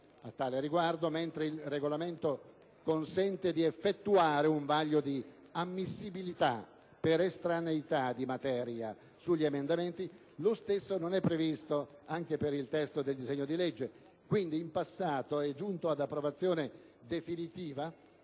A tale riguardo, mentre il Regolamento consente di effettuare un vaglio di ammissibilità per estraneità di materia sugli emendamenti, lo stesso non è previsto anche per il testo del disegno di legge, che quindi, in passato, è giunto all'approvazione definitiva